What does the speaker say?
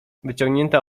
wyciągnięta